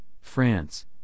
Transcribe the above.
France